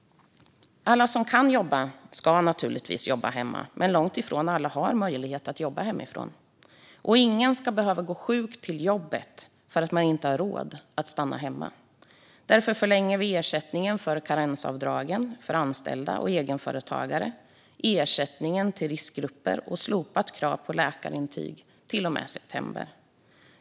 Alla som kan jobba hemma ska jobba hemma. Men långt ifrån alla har möjlighet att jobba hemifrån. Och ingen ska behöva gå sjuk till jobbet för att man inte har råd att stanna hemma. Därför förlänger vi ersättningen för karensavdragen för anställda och egenföretagare, ersättningen till riskgrupper och det slopade kravet på läkarintyg till och med september.